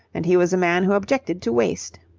and he was a man who objected to waste.